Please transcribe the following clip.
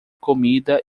comida